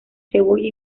cebolla